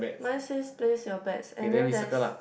mine says place your bets and then there's